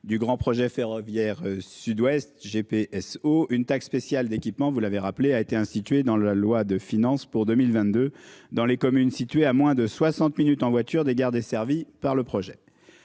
du grand projet ferroviaire Sud-Ouest. GPS ou une taxe spéciale d'équipement, vous l'avez rappelé a été institué dans la loi de finances pour 2022 dans les communes situées à moins de 60 minutes en voiture des gares desservies par le projet.